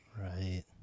Right